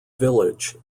village